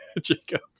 Jacob